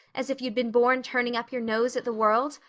as if you'd been born turning up your nose at the world?